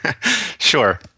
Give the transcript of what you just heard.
Sure